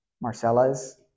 Marcella's